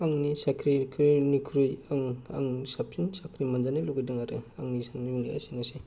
आंनि साख्रि एबा केरियारनिख्रुइ आं साबसिन साख्रि मोनजानो लुबैदों आरो आंनि साननाय हनाया एसेनोसै